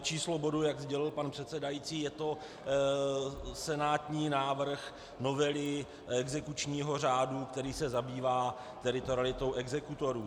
Číslo bodu, jak sdělil pan předsedající, je to senátní návrh novely exekučního řádu, který se zabývá teritorialitou exekutorů.